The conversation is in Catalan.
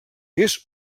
hagués